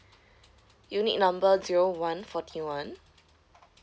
unit number zero one forty one